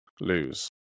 Lose